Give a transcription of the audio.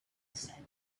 said